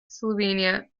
slovenia